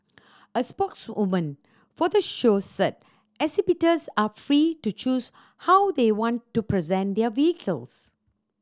a spokeswoman for the show said exhibitors are free to choose how they want to present their vehicles